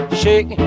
shake